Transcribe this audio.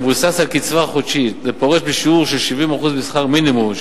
המבוסס על הקצבה חודשית לפורש בשיעור של 70% משכר מינימום,